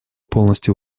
полностью